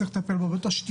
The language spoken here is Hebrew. צריך גם לטפל בתשתיות,